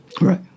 Right